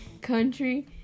country